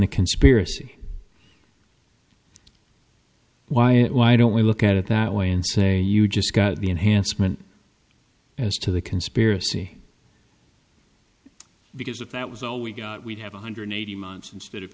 the conspiracy why it why don't we look at it that way and say you just got the enhancement as to the conspiracy because if that was all we got we'd have one hundred eighty months instead of